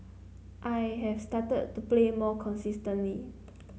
I have started to play more consistently